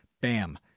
bam